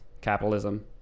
capitalism